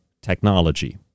technology